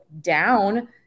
down